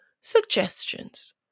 suggestions